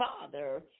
father